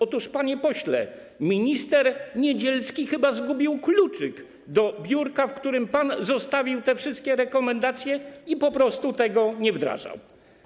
Otóż, panie pośle, minister Niedzielski chyba zgubił kluczyk do biurka, w którym pan zostawił te wszystkie rekomendacje, i po prostu tego nie wdrażał.